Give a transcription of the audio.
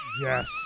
Yes